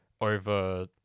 over